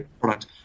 product